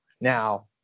Now